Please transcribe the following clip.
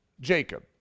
Jacob